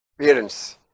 parents